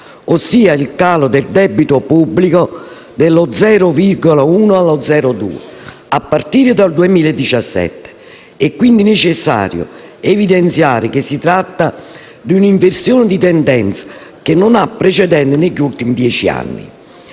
ossia il calo del debito pubblico dello 0,1-0,2 per cento a partire dal 2017. È quindi necessario evidenziare che si tratta di un'inversione di tendenza che non ha precedenti negli ultimi dieci anni.